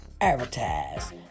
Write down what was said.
advertise